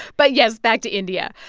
but, yes, back to india.